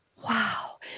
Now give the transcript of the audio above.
Wow